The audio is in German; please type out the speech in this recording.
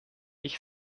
ich